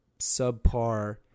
subpar